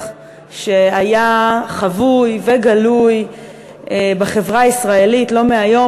שהיה חבוי וגלוי בחברה הישראלית לא מהיום.